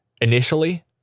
initially